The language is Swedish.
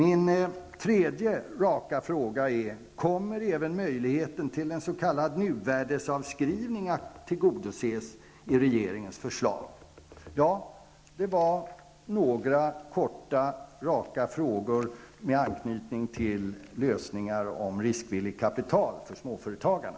En annan rak fråga är denna: Kommer även möjligheten till en s.k. nuvärdesavskrivning att tillgodoses i regeringens förslag? Det var några korta, raka frågor med anknytning till lösningar beträffande riskvilligt kapital när det gäller småföretagarna.